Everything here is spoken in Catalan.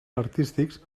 artístics